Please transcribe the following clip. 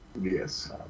Yes